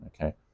okay